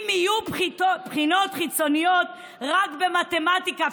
אם יהיו בחינות חיצוניות רק במתמטיקה,